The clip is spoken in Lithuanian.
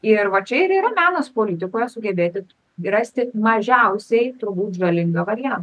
ir va čia ir yra menas politikoje sugebėti rasti mažiausiai turbūt žalingą variantą